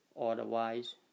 Otherwise